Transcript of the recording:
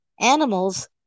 animals